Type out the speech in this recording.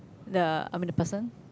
the I mean the person